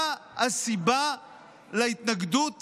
מה הסיבה להתנגדות